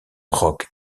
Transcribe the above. rock